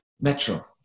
Metro